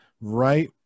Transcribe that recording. right